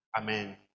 Amen